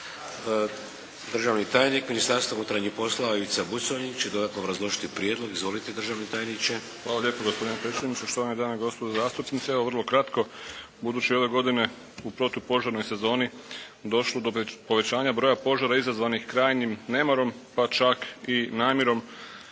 Državni tajnik Ministarstva unutarnjih poslova Ivica Buconjić će dodatno obrazložiti prijedlog. Izvolite, državni tajniče. **Buconjić, Ivica (HDZ)** Hvala lijepo gospodine predsjedniče. Štovane dame i gospodo zastupnici. Evo vrlo kratko. Budući je ove godine u protupožarnoj sezoni došlo do povećanja broja požara izazvanih krajnjim nemarom pa čak i namjerom